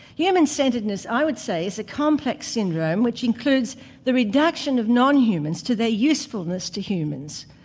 human centredness i would say is a complex syndrome which includes the reduction of non-humans to their usefulness to humans,